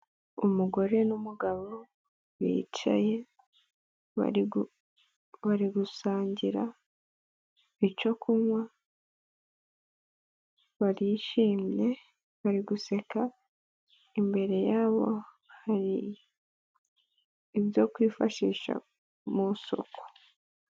Umugore n'umugabo, bicaye, bari gusangira, icyo kunywa, barishimye bari guseka, imbere yabo hari, ibyo kwifashisha mu soko.